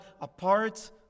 apart